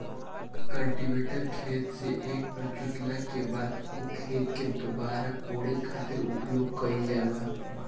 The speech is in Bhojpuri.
कल्टीवेटर खेत से एक बेर जोतला के बाद ओ खेत के दुबारा कोड़े खातिर उपयोग कईल जाला